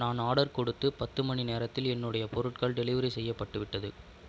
நான் ஆர்டர் கொடுத்து பத்து மணி நேரத்தில் என்னுடைய பொருட்கள் டெலிவரி செய்யப்பட்டுவிட்டது